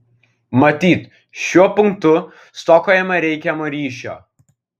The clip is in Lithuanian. matyt šiuo punktu stokojama reikiamo ryšio